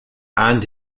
and